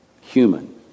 human